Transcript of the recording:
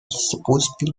supposedly